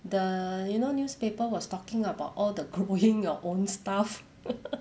the you know newspaper was talking about all the growing your own stuff